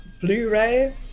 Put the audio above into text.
Blu-ray